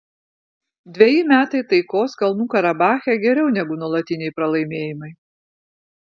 dveji metai taikos kalnų karabache geriau negu nuolatiniai pralaimėjimai